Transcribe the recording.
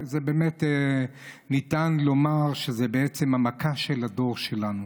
ובאמת ניתן לומר שזו בעצם המכה של הדור שלנו.